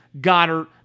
Goddard